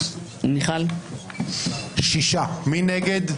מי נגד?